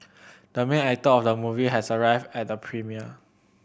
the main actor of the movie has arrived at the premiere